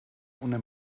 ohne